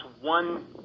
one